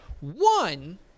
One